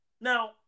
Now